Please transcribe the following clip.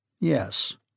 Yes